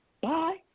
Bye